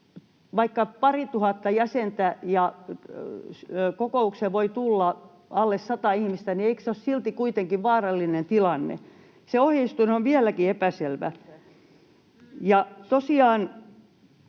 vaikka parituhatta jäsentä ja kokoukseen voi tulla alle sata ihmistä, niin eikös se ole silti kuitenkin vaarallinen tilanne? Se ohjeistus on vieläkin epäselvä. Ja tosiaan